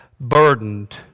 burdened